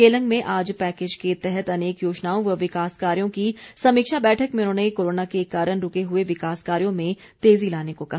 केलंग में आज पैकेज के तहत अनेक योजनाओं व विकास कार्यो की समीक्षा बैठक में उन्होंने कोरोना के कारण रूके हुए विकास कार्यो में तेजी लाने को कहा